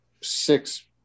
six